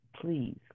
please